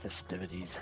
festivities